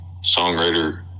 songwriter